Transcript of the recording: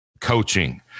coaching